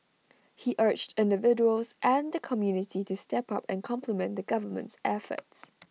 he urged individuals and the community to step up and complement the government's efforts